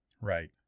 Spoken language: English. Right